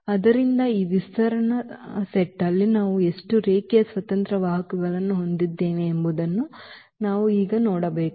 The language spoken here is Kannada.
ಆದ್ದರಿಂದ ಈ ವಿಸ್ತರಣಾ ಸೆಟ್ನಲ್ಲಿ ನಾವು ಎಷ್ಟು ರೇಖೀಯ ಸ್ವತಂತ್ರ ವಾಹಕಗಳನ್ನು ಹೊಂದಿದ್ದೇವೆ ಎಂಬುದನ್ನು ನಾವು ಈಗ ನೋಡಬೇಕು